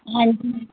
ਹਾਂਜੀ